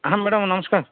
ହଁ ମ୍ୟାଡ଼ାମ୍ ନମସ୍କାର